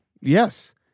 Yes